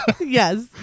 Yes